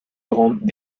grande